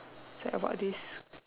so about this